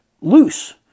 loose